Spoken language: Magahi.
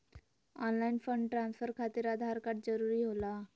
ऑनलाइन फंड ट्रांसफर खातिर आधार कार्ड जरूरी होला?